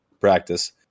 practice